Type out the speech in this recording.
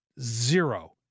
Zero